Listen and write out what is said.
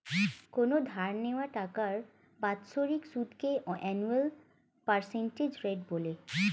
কোনো ধার নেওয়া টাকার বাৎসরিক সুদকে অ্যানুয়াল পার্সেন্টেজ রেট বলে